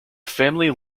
family